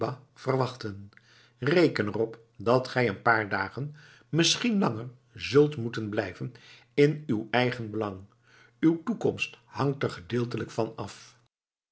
verwachten reken er op dat gij een paar dagen misschien langer zult moeten blijven in uw eigen belang uw toekomst hangt er gedeeltelijk van af